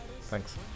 Thanks